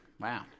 wow